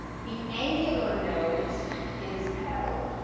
the angular nodes is l.